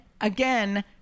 again